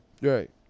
Right